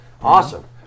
Awesome